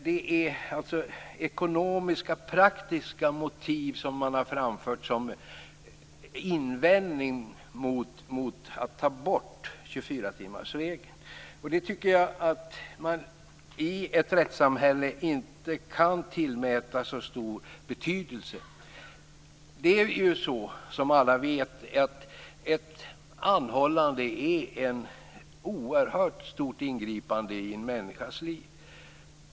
Det är ekonomiska och praktiska motiv som har framförts som invändningar mot att ta bort 24-timmarsregeln. Jag tycker att detta inte kan tillmätas så stor betydelse i ett rättssamhälle. Alla vet att ett anhållande är ett oerhört stort ingripande i en människas liv.